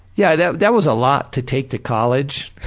yeah yeah, that was a lot to take to college!